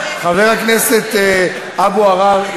חבר הכנסת אבו עראר,